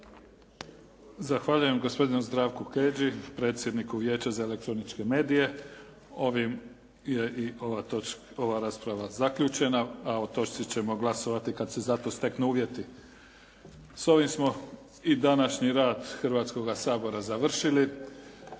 Zahvaljujem gospodinu Zdravku Keđi predsjedniku Vijeća za elektroničke medije. Ovim je i ova rasprava zaključena a o točci ćemo glasovati kad se za to steknu uvjeti. S ovim smo i današnji rad Hrvatskoga sabora završili.